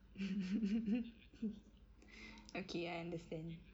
okay I understand